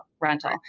rental